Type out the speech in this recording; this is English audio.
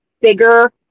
bigger